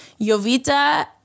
Yovita